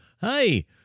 Hey